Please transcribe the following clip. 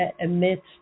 amidst